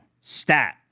Stat